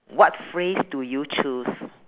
what phrase do you choose